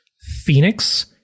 Phoenix